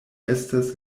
estas